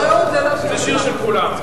"הרעות" זה לא שיר, זה שיר של כולם.